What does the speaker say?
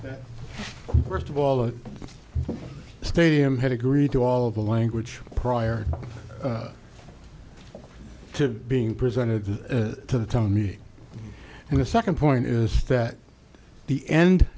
that first of all the stadium had agreed to all the language prior to being presented to the tell me and the second point is that the end